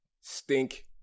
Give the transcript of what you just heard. stink